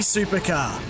Supercar